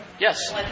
Yes